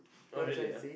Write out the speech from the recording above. oh really ah